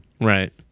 Right